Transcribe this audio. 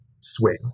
swing